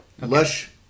lush